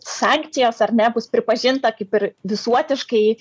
sankcijos ar nebus pripažinta kaip ir visuotiškai